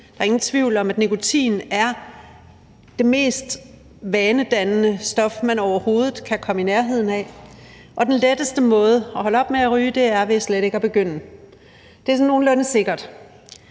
Der er ingen tvivl om, at nikotin er det mest vanedannende stof, man overhovedet kan komme i nærheden af. Den letteste måde at holde op med at ryge på er slet ikke at begynde. Det er sådan nogenlunde sikkert.